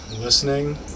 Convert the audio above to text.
listening